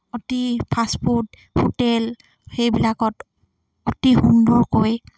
অতি fast food hotel সেইবিলাকত অতি সুন্দৰকৈ